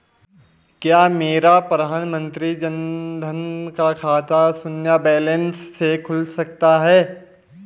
क्या मेरा प्रधानमंत्री जन धन का खाता शून्य बैलेंस से खुल सकता है?